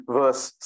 verse